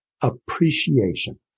appreciation